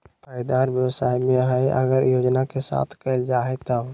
फायदा हर व्यवसाय में हइ अगर योजना के साथ कइल जाय तब